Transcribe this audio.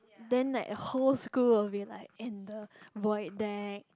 then like whole school will be like in the void deck